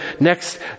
next